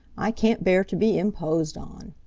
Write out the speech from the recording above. i can't bear to be imposed on.